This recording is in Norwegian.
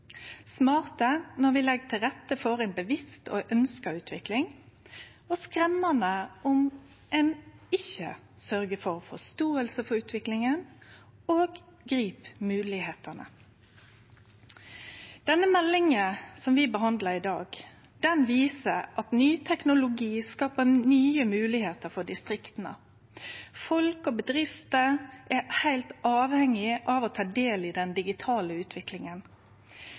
smarte når vi legg til rette for bevisst og ønskt utvikling, og skremmande om ein ikkje sørgjer for forståing for utviklinga og grip moglegheitene. Den meldinga vi behandlar i dag, viser at ny teknologi skapar nye moglegheiter for distrikta. Folk og bedrifter er heilt avhengige av å ta del i den digitale utviklinga.